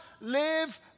live